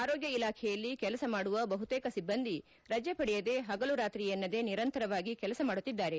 ಆರೋಗ್ಯ ಇಲಾಖೆಯಲ್ಲಿ ಕೆಲಸ ಮಾಡುವ ಬಹುತೇಕ ಸಿಬ್ಬಂದಿ ರಜೆ ಪಡೆಯದೇ ಪಗಲು ರಾತ್ರಿ ಎನ್ನದೇ ನಿರಂತರವಾಗಿ ಕೆಲಸ ಮಾಡುತ್ತಿದ್ದಾರೆ